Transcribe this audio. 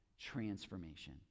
transformation